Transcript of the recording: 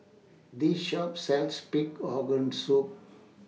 This Shop sells Pig Organ Soup